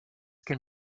can